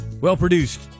well-produced